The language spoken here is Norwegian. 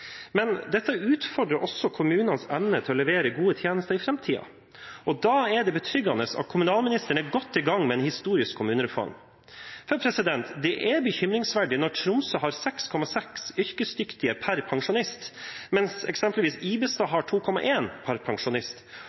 men dette utfordrer også kommunenes evne til å levere gode tjenester i framtiden. Da er det betryggende at kommunalministeren er godt i gang med en historisk kommunereform. For det er bekymringsfullt når Tromsø har 6,6 yrkesdyktige per pensjonist, mens eksempelvis Ibestad har 2,1 per pensjonist,